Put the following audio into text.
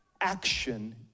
action